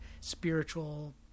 spiritual